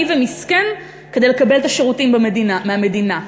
ומסכן כדי לקבל את השירותים מהמדינה.